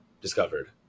discovered